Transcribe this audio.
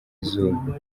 izuba